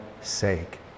sake